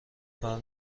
کار